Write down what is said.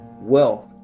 wealth